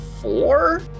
four